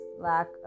lack